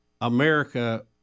America